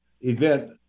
event